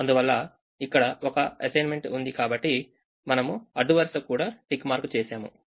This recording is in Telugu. అందువల్ల ఇక్కడ ఒక అసైన్మెంట్లు ఉంది కాబట్టి మనము అడ్డు వరుసకు కూడా టిక్ మార్క్ చేశాము